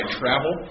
travel